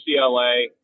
UCLA